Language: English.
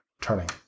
turning